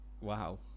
wow